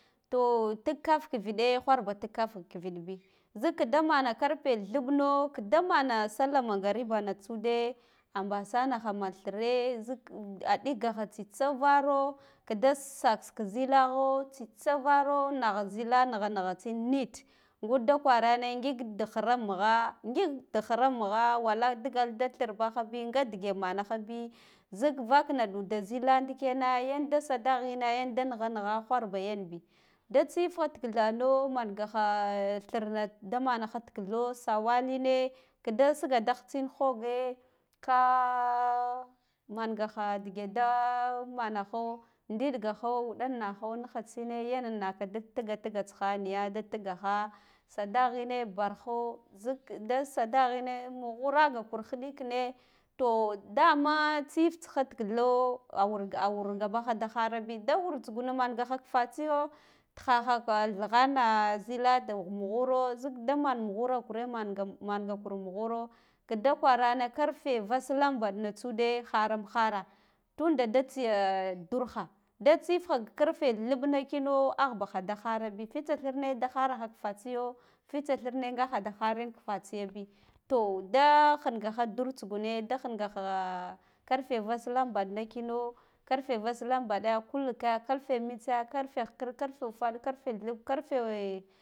To dik kaf kivide wharba tik kaf kiv idbi zik kida mana karfe theɓno kda mana sallah mangaribana tsude ambasanah aman thire zik a a diggaha tsitsa varo kda saks ka zilagho tsitsa vare nagha zi la naghanagha tsin neat ngud oa kwaranen gig dik hira mugha ngig dik hira mugha wala digal da therbahabi nga dege manahabi zik vakna nduda zila ndikena yan da sadaghine yanda nigha nigha wharba yanbi da tsiifha tikithano mangaha thirna da manaho tikithau sawaline lada sigadah tsin hoge kaa mangaha ndige daa manaho na gaho wudan naho niha tsine yan naka tiga tiga tsiha niya da tigaha sadaghina barho zila da suda ghine mughuraga ar hiɗikine to dama tsiif tsi tikithau a wurgabaha da hara bi da war tsugun mangaha ka fatsiyo tiha thighana zila da mughuro zila ba man mugdura kure manga kur mughuro kda kwarane karfe vaslambaɗna tsude haram hara tunda da tsiya durha da tsiifha karfe theɓɓna kino ahbaha da da hara bi fitsa thirne da hara n ka fatsiyo fitsa thirne ngaha da harin ko fatsiyabi to da hingaha dur tsugune da hingaha karfe vaslambaɗnakino karfe vaslambaɗe kulukke kalfe mtsa karfe hikir karfe wufaɗ karfe theɓɓ karfe.